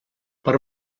per